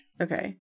Okay